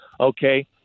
Okay